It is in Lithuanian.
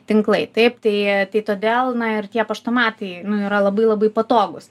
tinklai taip tai tai todėl na ir tie paštomatai nu yra labai labai patogūs